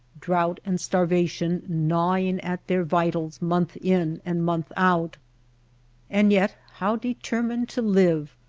drouth, and starvation gnawing at their vitals month in and month out and yet how deter mined to live,